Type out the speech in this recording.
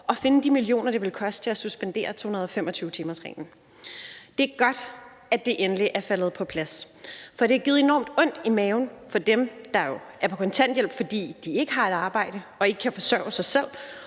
at finde de millioner, det ville koste at suspendere 225-timersreglen. Det er godt, at det endelig er faldet på plads, for det har givet ondt i maven til dem, der er på kontanthjælp, fordi de ikke har et arbejde og ikke kan forsørge sig selv,